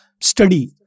study